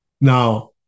Now